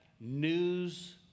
news